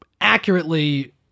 accurately